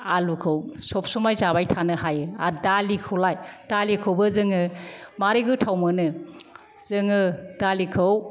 आलुखौ सब समाय जाबाय थानो हायो आरो दालिखौलाय दालिखौबो जोङो मारै गोथाव मोनो जोङो दालिखौ